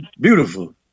Beautiful